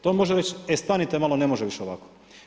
To može reći, e stanite malo, ne može više ovako.